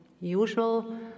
usual